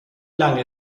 lange